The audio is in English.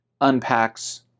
unpacks